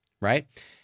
right